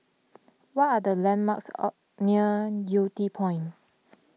what are the landmarks near Yew Tee Point